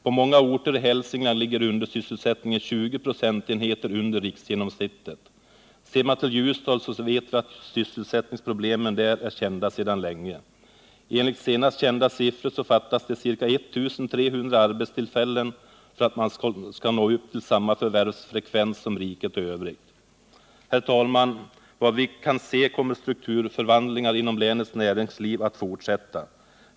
På många orter i Hälsingland ligger undersysselsättningen 20 procentenheter under riksgenomsnittet. Ser man till Ljusdal så vet vi att sysselsättningsproblemen där är kända sedan länge. Enligt senast kända siffror fattas ca 1 300 arbetstillfällen för att man skall nå upp till samma förvärvsfrekvenser som riket i övrigt. Herr talman! Vad vi kan se kommer strukturförvandlingarna inom länets näringsliv att fortsätta.